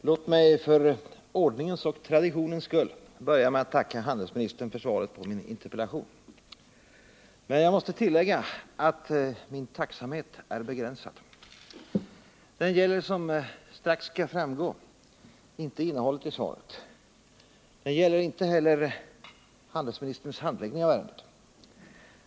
Herr talman! Låt mig för ordningens och traditionens skull börja med att tacka handelsministern för svaret på min interpellation. Men jag måste tillägga att min tacksamhet är begränsad. Den gäller, som strax skall framgå, inte innehållet i svaret, och den gäller inte heller handelsministerns handläggning av ärendet.